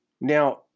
Now